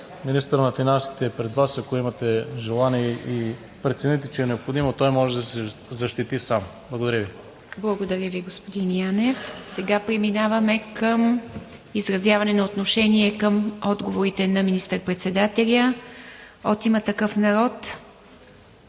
Министърът на финансите е пред Вас – ако имате желание и прецените, че е необходимо, той може да се защити сам. Благодаря Ви. ПРЕДСЕДАТЕЛ ИВА МИТЕВА: Благодаря Ви, господин Янев. Сега преминаваме към изразяване на отношение към отговорите на министър-председателя. От „Има такъв народ“?